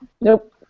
Nope